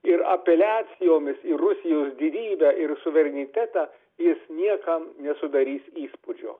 ir apeliacijomis į rusijos didybę ir suverenitetą jis niekam nesudarys įspūdžio